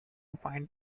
find